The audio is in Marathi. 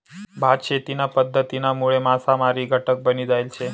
भात शेतीना पध्दतीनामुळे मासामारी घटक बनी जायल शे